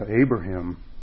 Abraham